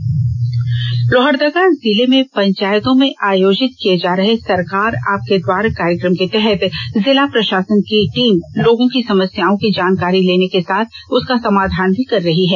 special story Lohardaga Lohardaga जिले में पंचायतों में आयोजित किए जा रहे सरकार आपके द्वार कार्यक्रम के तहत जिला प्रषासन की टीम लोगों की समस्याओं की जानकारी लेने के साथ उसका समाधान भी कर रही है